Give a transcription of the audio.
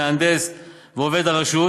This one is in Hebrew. מהנדס ועובד הרשות,